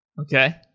Okay